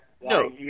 no